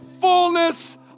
fullness